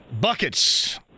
Buckets